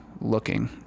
looking